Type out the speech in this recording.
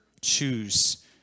choose